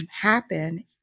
happen